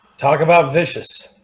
talk about vicious